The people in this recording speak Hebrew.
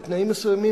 בתנאים מסוימים,